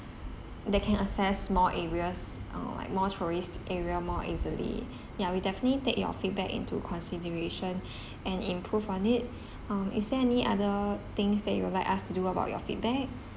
that can access more areas or like more tourist area more easily ya we definitely take your feedback into consideration and improve on it um is there any other things that you would like us to do about your feedback